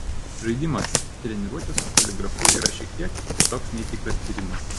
žaidimas treniruotė su poligrafu yra šiek tiek kitoks nei tikras tyrimas